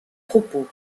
propos